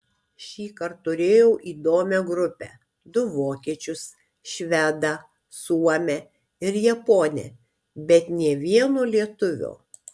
šįkart turėjau įdomią grupę du vokiečius švedą suomę ir japonę bet nė vieno lietuvio